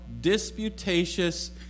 disputatious